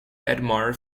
admired